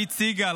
קית סיגל,